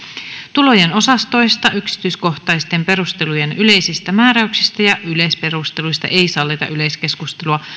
tulojen osastoista yksityiskohtaisten perustelujen yleisistä määräyksistä ja yleisperusteluista ei sallita yleiskeskustelua